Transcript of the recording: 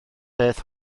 beth